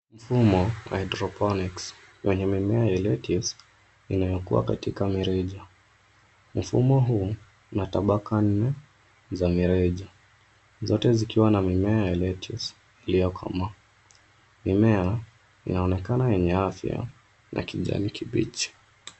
Mfumo wa hydroponics wenye mimea ya lettuce inayokuwa katika mirija. Mfumo huu una tabaka nne za mirija. Zote zikiwa na mimea ya lettuce iliyokomaa. Mimea inaonekana yenye afya na kijani kibichi.